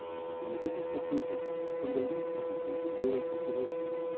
and the british recruited from the least educated rural population,